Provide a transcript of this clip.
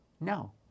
No